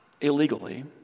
illegally